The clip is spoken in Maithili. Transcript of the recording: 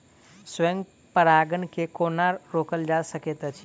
स्व परागण केँ कोना रोकल जा सकैत अछि?